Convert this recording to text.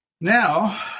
Now